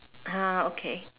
ah okay